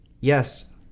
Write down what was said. Yes